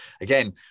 Again